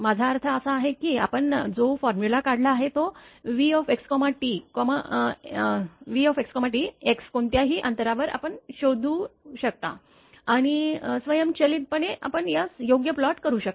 माझा अर्थ असा आहे की आपण जो फॉर्म्युला काढला आहे तो vxt x कोणत्याही अंतरावर आपण शोधू शकता आणि स्वयंचलितपणे आपण यास योग्य प्लॉट करू शकता